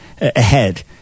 ahead